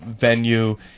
venue